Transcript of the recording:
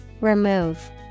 Remove